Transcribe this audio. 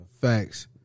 facts